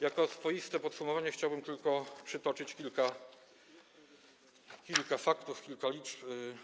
Jako swoiste podsumowanie chciałbym tylko przytoczyć kilka faktów, kilka liczb.